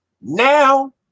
Now